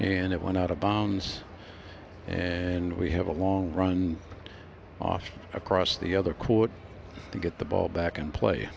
and it went out of bounds and we have a long run off across the other court to get the ball back and play